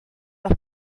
los